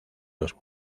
los